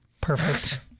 perfect